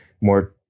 more